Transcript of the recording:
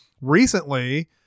recently